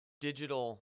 digital